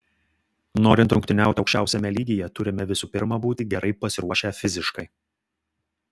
norint rungtyniauti aukščiausiame lygyje turime visų pirma būti gerai pasiruošę fiziškai